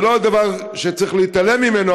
זה לא דבר שצריך להתעלם ממנו,